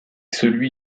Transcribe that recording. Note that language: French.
celui